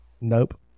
nope